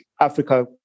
Africa